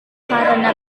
karena